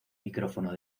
micrófono